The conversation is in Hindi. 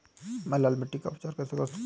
मैं लाल मिट्टी का उपचार कैसे कर सकता हूँ?